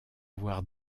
avoir